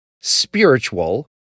spiritual